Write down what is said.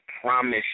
promise